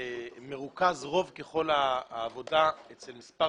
מרוכזת רוב העבודה אצל מספר